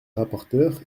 rapporteur